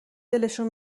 دلشون